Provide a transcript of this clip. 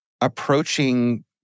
approaching